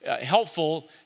helpful